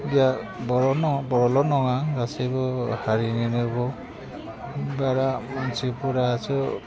बर' बर'ल' नङा गासैबो हारिनिनो बारा मानसिफोरासो